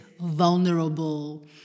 vulnerable